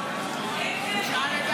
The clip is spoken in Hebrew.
לא נכון.